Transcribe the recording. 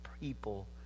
people